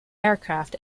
aircraft